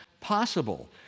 possible